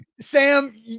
Sam